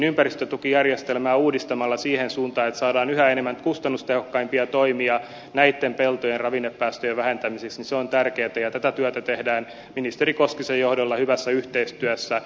ympäristötukijärjestelmän uudistaminen siihen suuntaan että saadaan yhä enemmän kustannustehokkaampia toimia näitten peltojen ravinnepäästöjen vähentämiseksi on tärkeätä ja tätä työtä tehdään ministeri koskisen johdolla hyvässä yhteistyössä